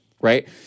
right